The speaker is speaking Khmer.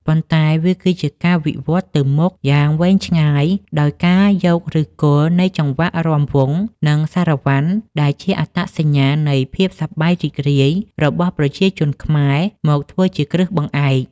ប៉ុន្តែវាគឺជាការវិវត្តទៅមុខយ៉ាងវែងឆ្ងាយ ដោយការយកឫសគល់នៃចង្វាក់រាំវង់ និងសារ៉ាវ៉ាន់ ដែលជាអត្តសញ្ញាណនៃភាពសប្បាយរីករាយរបស់ប្រជាជនខ្មែរ មកធ្វើជាគ្រឹះបង្អែក។